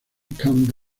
come